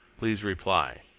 please reply.